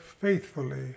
faithfully